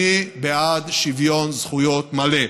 אני בעד שוויון זכויות מלא,